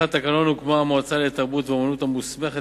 על-פי סעיף 61 לתקנון הוקמה המועצה לתרבות ואמנות המוסמכת